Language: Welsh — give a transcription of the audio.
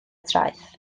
traeth